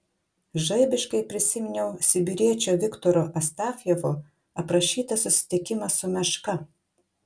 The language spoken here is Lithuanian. žaibiškai prisiminiau sibiriečio viktoro astafjevo aprašytą susitikimą su meška